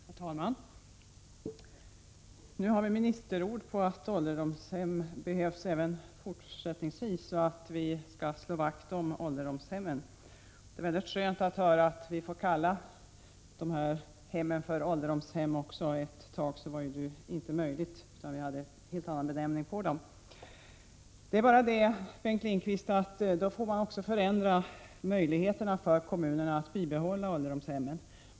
Herr talman! Nu har vi ministerord på att ålderdomshem behövs även fortsättningsvis och att vi skall slå vakt om ålderdomshemmen. Det var skönt att höra att vi kan kalla dessa hem för ålderdomshem igen. Ett tag var det inte möjligt, utan vi hade en helt annan benämning på dem. Men då får man, Bengt Lindqvist, också förändra möjligheterna för kommunerna att bibehålla ålderdomshemmen.